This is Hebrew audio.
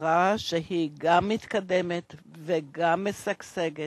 חברה שהיא גם מתקדמת וגם משגשגת,